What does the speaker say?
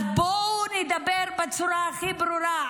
אז בואו נדבר בצורה הכי ברורה.